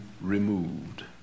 removed